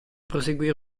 proseguire